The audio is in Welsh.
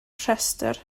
rhestr